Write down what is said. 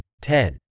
ten